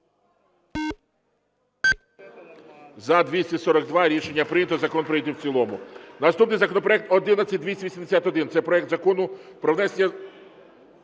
За-242 Рішення прийнято. Закон прийнятий в цілому. Наступний законопроект 11281. Це проект Закону про внесення...